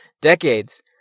decades